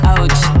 Ouch